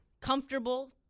Comfortable